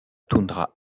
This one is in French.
toundra